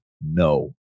no